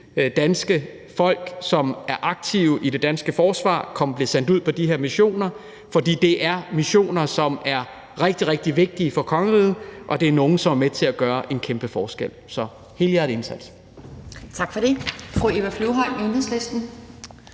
danske folk, som er aktive i det danske forsvar, bliver sendt ud på de her missioner, fordi det er missioner, som er rigtig, rigtig vigtige for kongeriget, og det er nogle, som er med til at gøre en kæmpe forskel. Så helhjertet